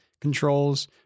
controls